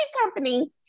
company